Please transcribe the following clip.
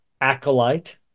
Acolyte